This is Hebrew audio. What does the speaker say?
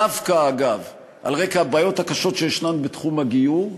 דווקא, אגב, על רקע הבעיות הקשות שיש בתחום הגיור,